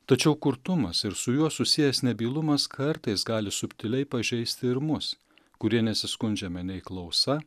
tačiau kurtumas ir su juo susijęs nebylumas kartais gali subtiliai pažeisti ir mus kurie nesiskundžiame nei klausa